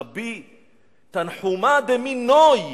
רבי תנחומא דמן נוי.